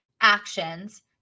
actions